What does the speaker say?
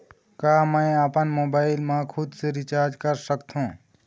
का मैं आपमन मोबाइल मा खुद से रिचार्ज कर सकथों?